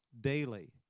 daily